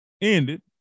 ended